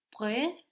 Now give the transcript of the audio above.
près